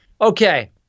Okay